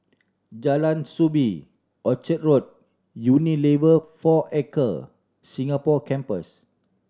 Jalan Soo Bee Orchard Road Unilever Four Acre Singapore Campus